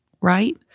right